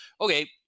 okay